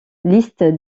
liste